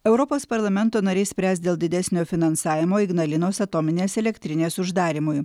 europos parlamento nariai spręs dėl didesnio finansavimo ignalinos atominės elektrinės uždarymui